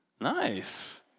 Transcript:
Nice